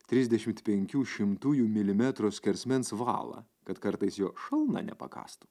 trisdešimt penkių šimtųjų milimetro skersmens valą kad kartais jo šalna nepakąstų